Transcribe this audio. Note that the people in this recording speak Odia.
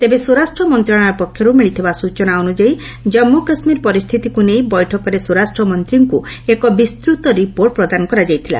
ତେବେ ସ୍ୱରାଷ୍ଟ୍ର ମନ୍ତ୍ରଣାଳୟ ପକ୍ଷରୁ ମିଳିଥିବା ସ୍ଟଚନା ଅନୁଯାୟୀ କନ୍ମୁ କାଶ୍ମୀର ପରିସ୍ଥିତିକୁ ନେଇ ବୈଠକରେ ସ୍ୱରାଷ୍ଟ୍ର ମନ୍ତ୍ରୀଙ୍କୁ ଏକ ବିସ୍ତୃତ ରିପୋର୍ଟ ପ୍ରଦାନ କରାଯାଇଥିଲା